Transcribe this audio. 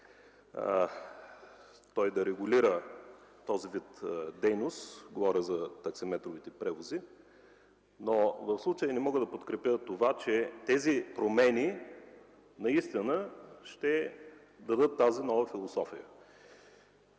той да регулира този вид дейност – говоря за таксиметровите превози. В случая само не мога да подкрепя това, че тези промени наистина ще дадат тази нова философия.